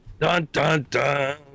Dun-dun-dun